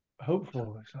hopeful